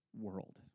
world